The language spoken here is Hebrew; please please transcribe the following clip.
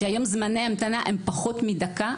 שהיום זמני ההמתנה הם פחות מדקה,